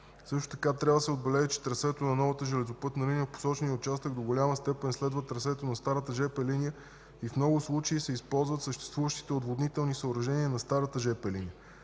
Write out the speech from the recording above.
Също така трябва да се отбележи, че трасето на новата железопътна линия в посочения участък до голяма степен следва трасето на старата жп линия и в много случаи се използват съществуващите отводнителни съоръжения на старата жп линия.